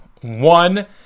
one